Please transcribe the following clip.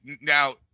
now